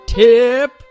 tip